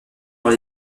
dans